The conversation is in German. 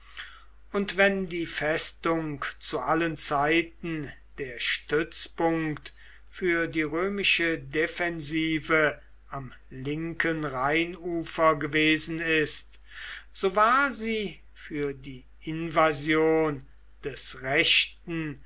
und wenn die festung zu allen zeiten der stützpunkt für die römische defensive am linken rheinufer gewesen ist so war sie für die invasion des rechten